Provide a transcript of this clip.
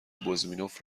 بزمینوف